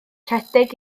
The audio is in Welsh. rhedeg